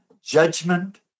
judgment